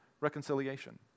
reconciliation